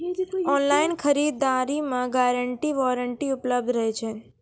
Online खरीद दरी मे गारंटी वारंटी उपलब्ध रहे छै?